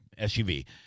SUV